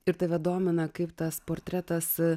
ir tave domina kaip tas portretas